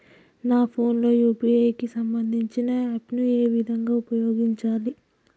నా ఫోన్ లో యూ.పీ.ఐ కి సంబందించిన యాప్ ను ఏ విధంగా ఉపయోగించాలి?